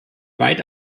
weit